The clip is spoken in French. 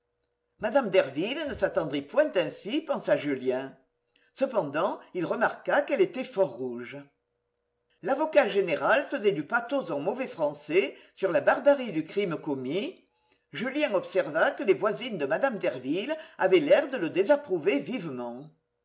mme derville ne s'attendrit point ainsi pensa julien cependant il remarqua qu'elle était fort rouge l'avocat général faisait du pathos en mauvais français sur la barbarie du crime commis julien observa que les voisines de mme derville avaient l'air de le désapprouver vivement